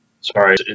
sorry